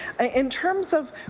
in terms of,